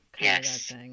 Yes